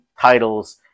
titles